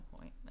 point